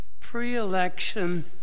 pre-election